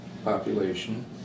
population